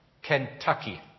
Kentucky